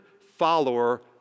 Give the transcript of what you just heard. follower